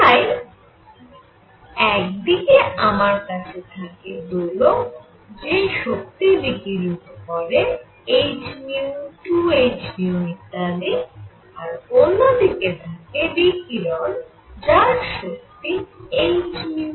তাই এক দিকে আমার কাছে থাকে দোলক যে শক্তি বিকিরিত করে h 2 h ইত্যাদি আর অন্য দিকে থাকে বিকিরণ যার শক্তি h